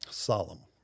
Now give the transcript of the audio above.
solemn